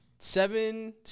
Seven